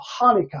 Hanukkah